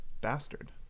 bastard